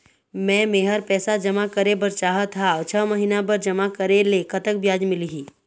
मे मेहर पैसा जमा करें बर चाहत हाव, छह महिना बर जमा करे ले कतक ब्याज मिलही?